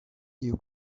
you